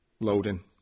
loading